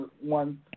one